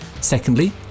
Secondly